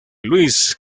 luis